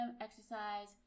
exercise